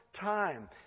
time